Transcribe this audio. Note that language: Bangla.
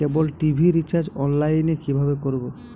কেবল টি.ভি রিচার্জ অনলাইন এ কিভাবে করব?